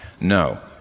No